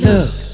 Look